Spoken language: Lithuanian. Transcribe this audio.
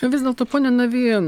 vis dėlto pone navy